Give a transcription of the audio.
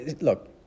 look